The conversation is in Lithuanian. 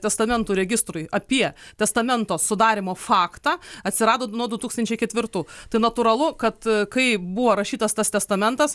testamentų registrui apie testamento sudarymo faktą atsirado nuo du tūkstančiai ketvirtų tai natūralu kad kai buvo rašytas tas testamentas